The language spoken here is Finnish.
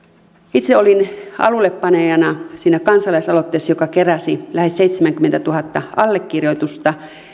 itse olin alullepanijana siinä kansalaisaloitteessa joka keräsi lähes seitsemänkymmentätuhatta allekirjoitusta